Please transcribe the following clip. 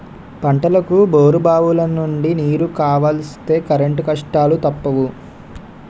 పంటలకు బోరుబావులనుండి నీరు కావలిస్తే కరెంటు కష్టాలూ తప్పవు